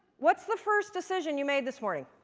what's the first decision you made this morning?